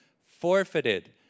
forfeited